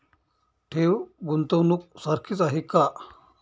ठेव, गुंतवणूक सारखीच आहे का?